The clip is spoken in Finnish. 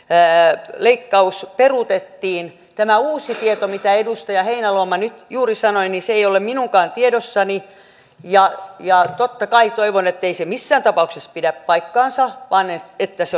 pään leikkaus peruutettiin tämä uusi tieto mitä edustaja heinäluoma nyt juryssä nainen se ei ole minunkaan tiedossani ja ja tottakai toivon ettei se missään tapauksessa pidä paikkaansa vaan niin että se